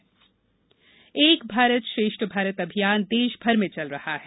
एक भारत श्रेष्ठ भारत एक भारत श्रेष्ठ भारत अभियान देश भर में चल रहा है